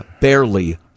barely